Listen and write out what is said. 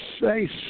say